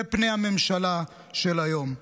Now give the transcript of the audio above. אלה פני הממשלה של היום.